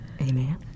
Amen